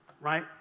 Right